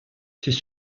c’est